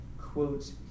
quote